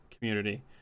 community